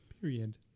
Period